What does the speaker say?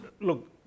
look